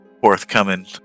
forthcoming